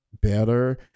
better